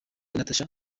natacha